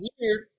weird